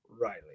Riley